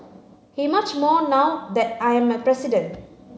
he much more now that I am a president